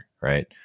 right